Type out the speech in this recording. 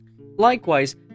Likewise